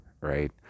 right